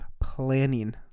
planning